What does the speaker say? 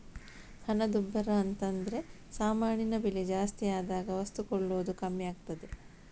ಹಣದುಬ್ಬರ ಅಂತದ್ರೆ ಸಾಮಾನಿನ ಬೆಲೆ ಜಾಸ್ತಿ ಆದಾಗ ವಸ್ತು ಕೊಳ್ಳುವುದು ಕಮ್ಮಿ ಆಗ್ತದೆ